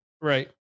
Right